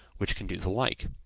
which can do the like.